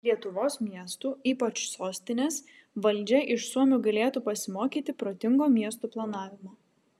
lietuvos miestų ypač sostinės valdžia iš suomių galėtų pasimokyti protingo miestų planavimo